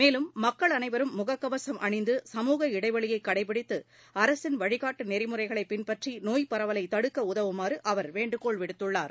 மேலும் மக்கள் அனைவரும் முகக்கவசம் அணிந்து சமூக இடைவெளியை கடைப்பிடித்து அரசின் வழிகாட்டு நெறிமுறைகளை பின்பற்றி நோய் பரவலை தடுக்க உதவுமாறு அவர் வேண்டுகோள் விடுத்துள்ளார்